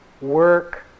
work